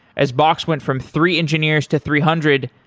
as box went from three engineers to three hundred,